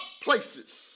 places